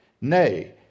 Nay